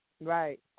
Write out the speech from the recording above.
Right